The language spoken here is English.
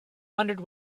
wondered